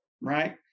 right